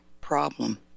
problem